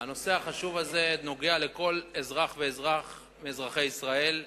הנושא החשוב הזה נוגע לכל אזרח ואזרח מאזרחי ישראל,